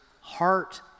heart